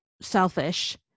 selfish